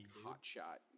hotshot